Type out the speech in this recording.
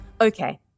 Okay